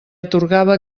atorgava